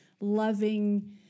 loving